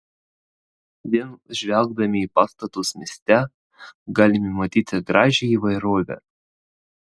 vien žvelgdami į pastatus mieste galime matyti gražią įvairovę